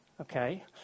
Okay